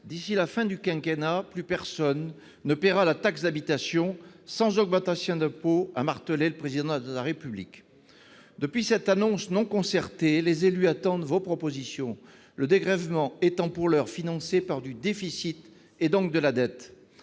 d'ici à la fin du quinquennat, plus personne ne paiera la taxe d'habitation, sans augmentation d'impôt, a martelé le Président de la République. Depuis cette annonce, non concertée, les élus attendent vos propositions, le dégrèvement étant, pour l'heure, financé par du déficit et, donc, par de la dette.